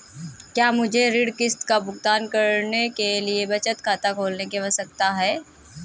क्या मुझे ऋण किश्त का भुगतान करने के लिए बचत खाता खोलने की आवश्यकता है?